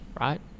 Right